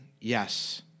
Yes